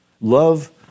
Love